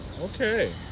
okay